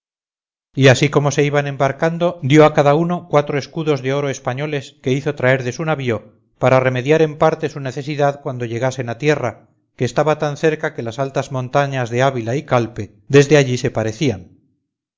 y así como se iban embarcando dio a cada uno cuatro escudos de oro españoles que hizo traer de su navío para remediar en parte su necesidad cuando llegasen a tierra que estaba tan cerca que las altas montañas de abila y calpe desde allí se parecían